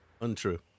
Untrue